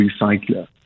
recycler